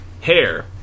Hair